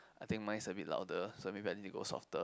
I think mine is a bit louder so maybe I need to go softer